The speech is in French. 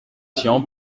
tian